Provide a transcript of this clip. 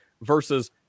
versus